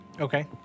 Okay